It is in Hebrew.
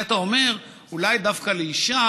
אולי אתה אומר: אולי דווקא אישה,